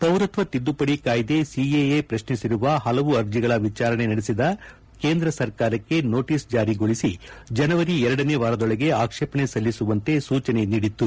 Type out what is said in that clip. ಪೌರತ್ವ ತಿದ್ದುಪಡಿ ಕಾಯಿದೆ ಸಿಎಎ ಪ್ರಶ್ನಿಸಿರುವ ಹಲವು ಅರ್ಜಿಗಳ ವಿಚಾರಣೆ ನಡೆಸಿದ ಕೇಂದ್ರ ಸರ್ಕಾರಕ್ಕೆ ನೋಟಿಸ್ ಜಾರಿಗೊಳಿಸಿ ಜನವರಿ ಎರಡನೇ ವಾರದೊಳಗೆ ಆಕ್ಷೇಪಣೆ ಸಲ್ಲಿಸುವಂತೆ ಸೂಚನೆ ನೀಡಿತು